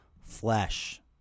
flesh